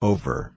Over